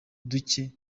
duke